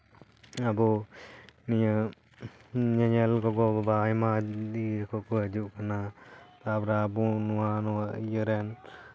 ᱟᱵᱚ ᱱᱤᱭᱟᱹ ᱧᱮᱧᱮᱞ ᱜᱚᱜᱚᱼᱵᱟᱵᱟ ᱟᱭᱢᱟ ᱤᱭᱟᱹ ᱠᱚ ᱦᱤᱡᱩᱜ ᱠᱟᱱᱟ ᱛᱟᱯᱚᱨᱮ ᱟᱵᱚ ᱱᱚᱣᱟᱼᱱᱚᱣᱟ ᱤᱭᱟᱹ ᱨᱮᱱ